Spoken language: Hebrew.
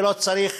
ולא צריך